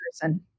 person